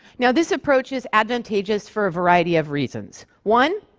now, this approach is advantageous for a variety of reasons. one?